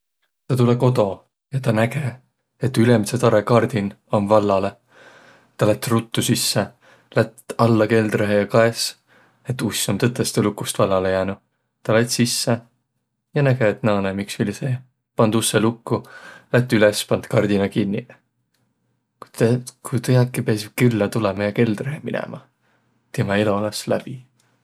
Tä tulõ kodo ja tä näge, et ülemädse tarõ kardin om vallalõ. Tä lätt ruttu sisse, lätt alla keldrehe ja kaes, et uss om tõtõstõ lukust vallalõ jäänüq. Tä lätt sisse ja näge, et naanõ om iks viil seeh. Pand ussõ lukku, lätt üles, pand kardina kinniq. äkki piäsiq küllä tulõma ja keldrehe minemä, timä elo olõs läbi.